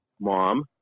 mom